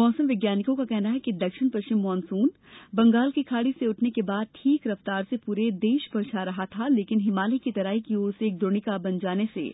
मौसम वैज्ञानिकों का कहना है कि दक्षिण पश्चिम मानसून बंगाल की खाड़ी से उठने के बाद ठीक रफ्तार से पूरे देश पर छा रहा था लेकिन हिमालय की तराई की ओर एक द्रोणिका बन जाने से